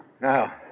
Now